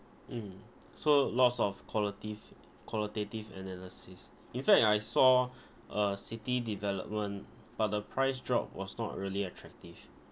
mm so lots of qualative~ qualitative analysis in fact I saw uh City Development but the price drop was not really attractive